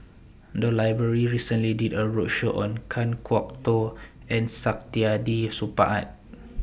The Library recently did A roadshow on Kan Kwok Toh and Saktiandi Supaat